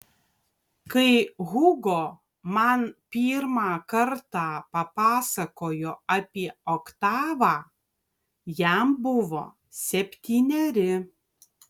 kai hugo man pirmą kartą papasakojo apie oktavą jam buvo septyneri